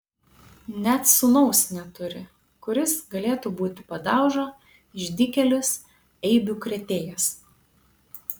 net sūnaus neturi kuris galėtų būti padauža išdykėlis eibių krėtėjas